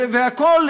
והכול,